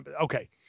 Okay